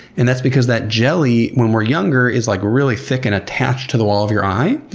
and that's because that jelly, when we're younger is like really thick and attached to the wall of your eye,